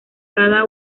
cada